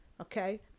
Okay